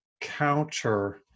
counter